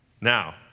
now